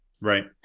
Right